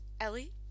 Ellie